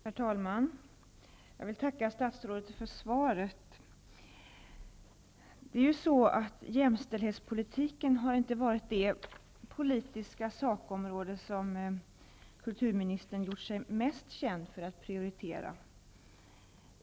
Herr talman! Jag vill tacka statsrådet för svaret. Jämställdhetspolitiken har inte varit det politiska sakområde som kulturministern har gjort sig mest känd för att prioritera.